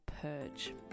purge